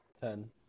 Ten